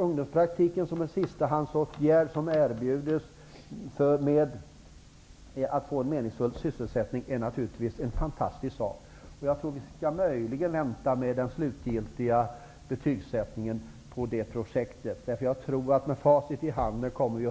Ungdomspraktik som en sistahandsåtgärd som erbjuds för att ge meningsfull sysselsättning är naturligtvis en fantastisk sak. Vi skall möjligen vänta med den slutgiltiga betygsättningen på det projektet. Jag tror att vi med facit i handen i slutet på 90-talet kommer